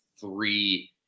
three –